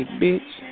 bitch